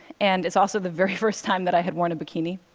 and it's also the very first time that i had worn a bikini,